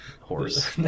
horse